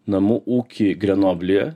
namų ūkį grenoblyje